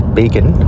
bacon